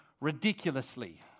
ridiculously